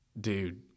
dude